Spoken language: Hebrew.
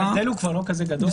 ההבדל הוא לא כזה גדול.